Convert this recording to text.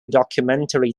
documentary